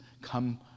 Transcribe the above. come